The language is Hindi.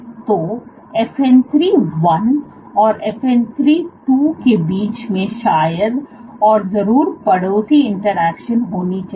तो FN 3 one और FN 3 twoके बीच में शायद और जरूर पड़ोसी इंटरेक्शन होनी चाहिए